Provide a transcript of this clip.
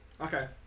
Okay